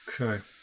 Okay